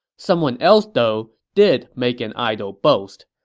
someone else, though, did make an idle boast.